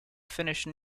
finished